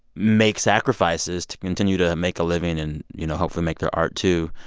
make sacrifices to continue to make a living and, you know, hopefully make their art, too?